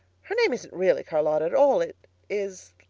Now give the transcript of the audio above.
her name isn't really charlotta at all. it is.